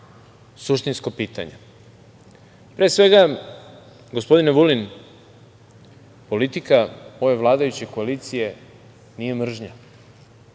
suštinsko pitanje. Pre svega, gospodine Vulin, politika vladajuće koalicije nije mržnja,